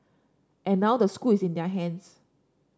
and now the school is in their hands